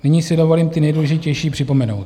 Nyní si dovolím ty nejdůležitější připomenout.